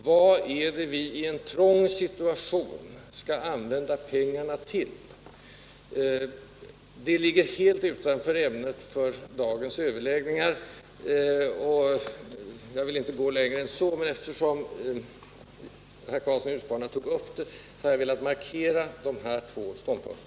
Vad skall vi i en trång situation använda pengarna till? Detta ligger helt utanför ämnet för dagens överläggning, och jag vill därför inte gå längre än så. Men eftersom herr Karlsson i Huskvarna tog upp frågan, har jag velat markera och motivera min ståndpunkt.